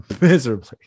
miserably